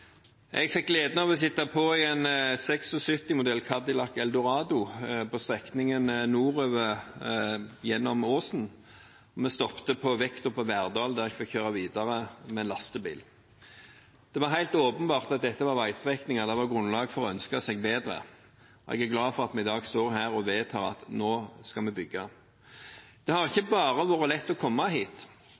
Jeg fikk gleden av å sitte på i en 1976-modell Cadillac Eldorado på strekningen nordover gjennom Åsen. Vi stoppet i Verdal, der jeg fikk kjøre videre med en lastebil. Det var helt åpenbart at dette var veistrekninger det var grunnlag for å ønske seg bedre, og jeg er glad for at vi i dag står her og vedtar at nå skal vi bygge. Det har ikke bare vært lett å komme hit.